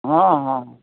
ହଁ ହଁ